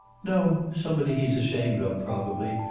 no. somebody's he's ashamed of, probably,